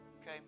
okay